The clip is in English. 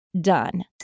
done